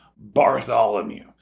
Bartholomew